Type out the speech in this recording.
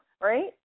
right